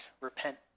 repent